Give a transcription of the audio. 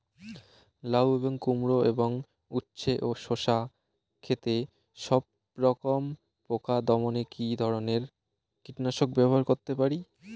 লাউ এবং কুমড়ো এবং উচ্ছে ও শসা ক্ষেতে সবরকম পোকা দমনে কী ধরনের কীটনাশক ব্যবহার করতে পারি?